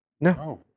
No